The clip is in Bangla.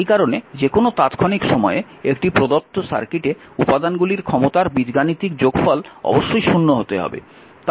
এই কারণে যেকোনও তাৎক্ষণিক সময়ে একটি প্রদত্ত সার্কিটে উপাদানগুলির ক্ষমতার বীজগাণিতিক যোগফল অবশ্যই 0 হতে হবে